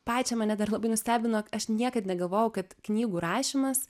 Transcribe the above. pačią mane dar labai nustebino aš niekad negalvojau kad knygų rašymas